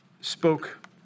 spoke